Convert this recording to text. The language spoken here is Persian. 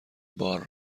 بار